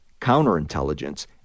counterintelligence